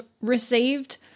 received